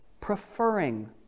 preferring